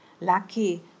Lucky